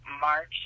March